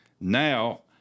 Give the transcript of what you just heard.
Now